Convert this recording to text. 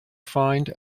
find